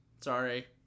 sorry